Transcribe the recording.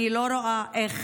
אני לא רואה איך,